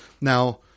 Now